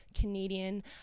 Canadian